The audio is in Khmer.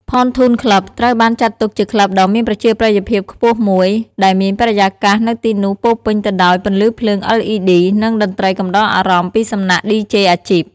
ផនធូន ក្លឹប (Pontoon Club) ត្រូវបានចាត់ទុកជាក្លឹបដ៏មានប្រជាប្រិយភាពខ្ពស់មួយ ដែលមានបរិយាកាសនៅទីនោះពោរពេញទៅដោយពន្លឺភ្លើង LED និងតន្ត្រីកំដរអារម្មណ៍ពីសំណាក់ឌីជេអាជីព។